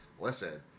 listen